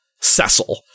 cecil